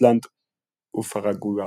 איסלנד ופרגוואי.